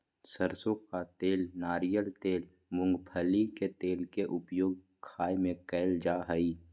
सरसों का तेल नारियल तेल मूंगफली के तेल के उपयोग खाय में कयल जा हइ